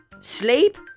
Sleep